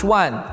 one